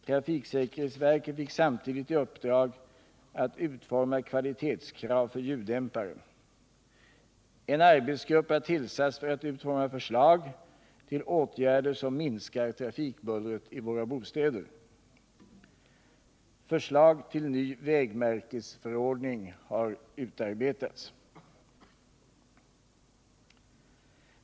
Trafiksäkerhetsverket fick samtidigt i uppdrag att utforma kvalitetskrav för ljuddämpare. En arbetsgrupp har tillsatts för att utforma förslag till åtgärder som minskar trafikbullret i våra bostäder. Förslag till ny vägmärkesförordning har utarbetats.